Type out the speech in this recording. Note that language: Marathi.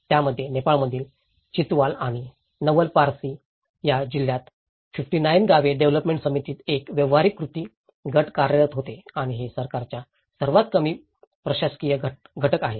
यामध्ये नेपाळमधील चितवाल आणि नवलपरासी या जिल्ह्यांत 59 गावे डेव्हलोपमेंट समितीत एक व्यावहारिक कृती गट कार्यरत होते आणि हे सरकारच्या सर्वात कमी प्रशासकीय घटक आहेत